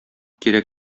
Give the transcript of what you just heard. кирәк